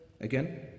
again